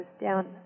down